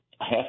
half